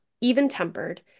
even-tempered